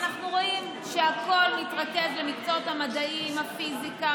ואנחנו רואים שהכול מתרכז למקצועות המדעיים: הפיזיקה,